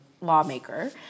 lawmaker